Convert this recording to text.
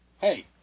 Hey